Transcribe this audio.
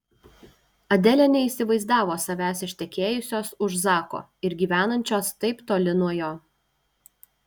adelė neįsivaizdavo savęs ištekėjusios už zako ir gyvenančios taip toli nuo jo